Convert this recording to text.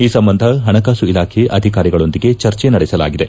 ಈ ಸಂಬಂಧ ಹಾಗೂ ಪಣಕಾಸು ಇಲಾಖೆ ಅಧಿಕಾರಿಗಳೊಂದಿಗೆ ಚರ್ಚೆ ನಡೆಸಲಾಗಿದೆ